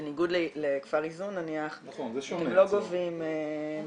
כן אבל בניגוד לכפר איזון נניח אתם לא גובים מעבר.